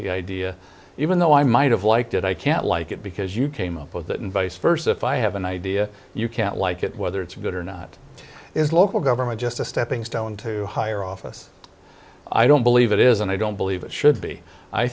the idea even though i might have liked it i can't like it because you came up with it and vice versa if i have an idea you can't like it whether it's good or not is local government just a stepping stone to higher office i don't believe it is and i don't believe it should be i